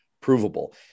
provable